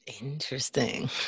interesting